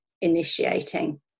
initiating